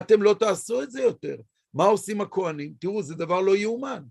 אתם לא תעשו את זה יותר. מה עושים הכוהנים? תראו, זה דבר לא יאומן.